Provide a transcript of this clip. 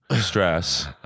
stress